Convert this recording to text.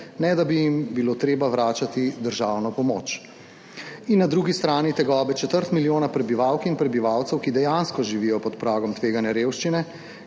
ne da bi jim bilo treba vračati državno pomoč. In na drugi strani tegobe četrt milijona prebivalk in prebivalcev, ki dejansko živijo pod pragom tveganja revščine,